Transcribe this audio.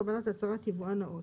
קבלת הצהרת יבואן נאות,